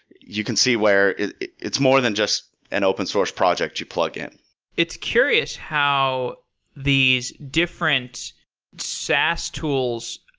you can see where it's more than just an open source project you plug in it's curious how these different sas tools,